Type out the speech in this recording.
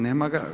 Nema ga.